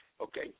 okay